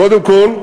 קודם כול,